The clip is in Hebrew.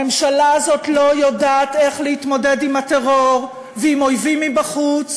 הממשלה הזאת לא יודעת איך להתמודד עם הטרור ועם אויבים מבחוץ,